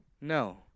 No